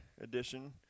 edition